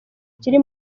kiri